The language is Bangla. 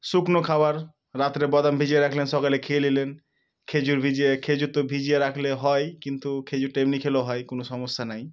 শুকনো খাবার রাত্রে বাদাম ভিজিয়ে রাখলেন সকালে খেয়ে নিলেন খেজুর ভিজিয়ে খেজুর তো ভিজিয়ে রাখলে হয় কিন্তু খেজুরটা এমনি খেলেও হয় কোনো সমস্যা নেই